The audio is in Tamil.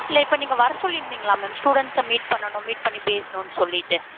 இல்லை இப்போ நீங்கள் வர சொல்லியிருந்திங்களா மேம் ஸ்டூடெண்ட்ஸை மீட் பண்ணணும் மீட் பண்ணி பேசணும்னு சொல்லிவிட்டு